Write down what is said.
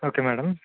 okay madam